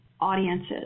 audiences